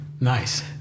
nice